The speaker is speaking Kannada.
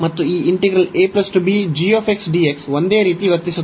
ಮತ್ತು ಈ ಒಂದೇ ರೀತಿ ವರ್ತಿಸುತ್ತದೆ